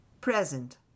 Present